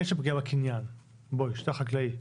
אין שם פגיעה בקנין, שטח חקלאי,